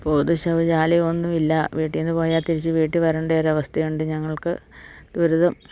അപ്പോൾ പൊതു ശൗചാലയം ഒന്നും ഇല്ല വീട്ടിൽ നിന്ന് പോയാൽ തിരിച്ച് വീട്ടിൽ വരേണ്ട ഒരവസ്ഥയുണ്ട് ഞങ്ങൾക്ക് ദുരിതം